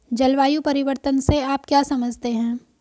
जलवायु परिवर्तन से आप क्या समझते हैं?